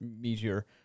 meteor